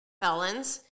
felons